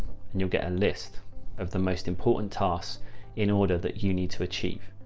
and you'll get a list of the most important tasks in order that you need to achieve.